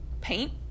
paint